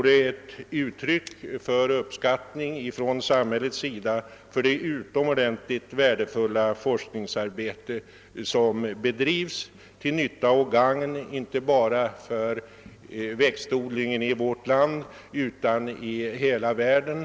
En sådan uppräkning vore ett uttryck för samhällets uppskattning av det utomordentligt värdefulla forskningsarbete som bedrivs till gagn för växtodlingen inte bara i vårt land utan i hela världen.